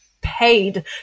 paid